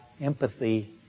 empathy